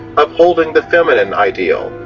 upholding the feminine ideal,